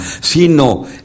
sino